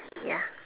ya